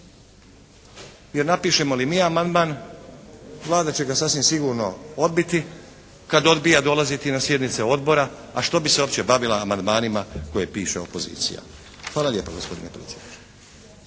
Jer napišemo li mi amandman Vlada će ga sasvim sigurno odbiti, kad odbija dolaziti na sjednice odbora, a što bi se uopće bavila amandmanima koje piše opozicija. Hvala lijepa gospodine predsjedniče.